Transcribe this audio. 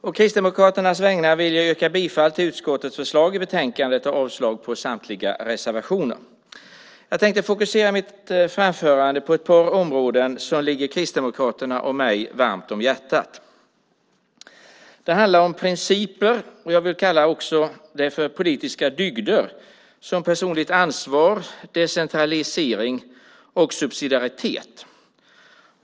Herr talman! Å Kristdemokraternas vägnar yrkar jag bifall till utskottets förslag i betänkandet och avslag på samtliga reservationer. Jag tänker fokusera mitt framförande på ett par områden som ligger Kristdemokraterna och mig varmt om hjärtat. Det handlar om principer, och jag vill också kalla det för politiska dygder, som personligt ansvar, decentralisering och subsidiaritet.